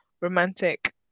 romantic